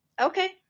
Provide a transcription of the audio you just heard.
Okay